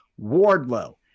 Wardlow